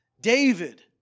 David